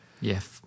Yes